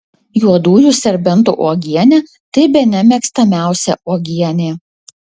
juodųjų serbentų uogienė tai bene mėgstamiausia uogienė